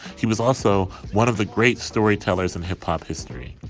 he was also one of the great storytellers in hip hop history.